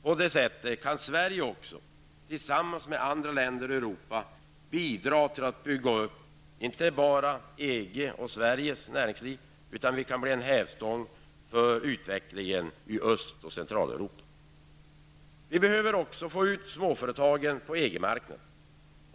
På detta sätt kan Sverige tillsammans med andra länder i Europa bidra till att bygga upp, inte bara EG och Sveriges näringsliv, utan vi kan bli en hävstång för utvecklingen i Öst och Småföretagen behöver också komma ut på EG marknaden.